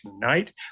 tonight